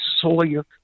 Sawyer